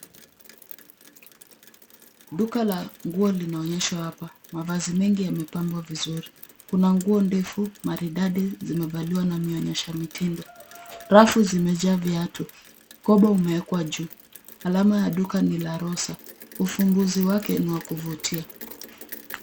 Duka la nguo linaonyeshwa hapa. Mavazi mengi yamepambwa vizuri. Kuna nguo ndefu maridadi zimevaliwa na mionyesha mitindo. Rafu zimejaa viatu. Mkoba umewekwa juu . Alama ya duka ni La Rosa . Ufunguzi wake ni wa kuvutia.